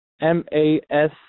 m-a-s